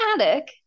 attic